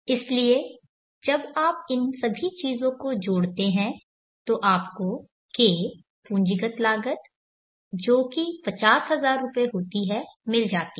इसलिए जब आप इन सभी चीजों को जोड़ते हैं तो आपको K पूंजीगत लागत जो कि पचास हजार रुपए होती है मिल जाती है